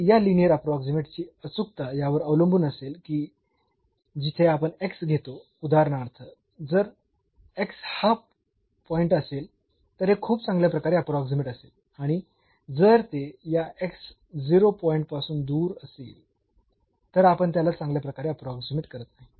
आणि या लिनीअर अप्रोक्सीमेटची अचूकता यावर अवलंबून असेल की जिथे आपण घेतो उदाहरणार्थ जर हा पॉईंट असेल तर हे खूप चांगल्या प्रकारे अप्रोक्सीमेटेड असेल आणि जर ते या पॉईंट पासून दूर असेल तर आपण त्याला चांगल्या प्रकारे अप्रोक्सीमेट करत नाही